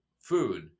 food